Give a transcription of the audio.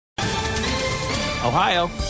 Ohio